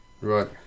right